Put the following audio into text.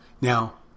Now